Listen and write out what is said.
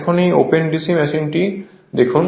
এখানে এই open DC মেশিনটি দেখুন